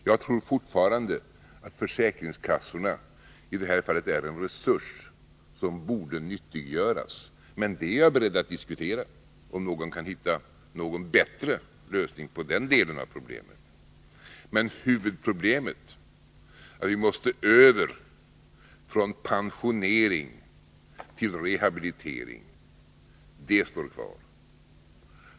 Jag tror fortfarande att försäkringskassorna i det här fallet är en resurs som borde nyttiggöras, men det är jag beredd att diskutera, om någon kan hitta en bättre lösning på den delen av problemet. Men huvudproblemet — att vi måste över från pensionering till rehabilitering — det står kvar.